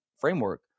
framework